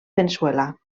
veneçuela